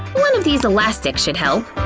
one of these elastics should help!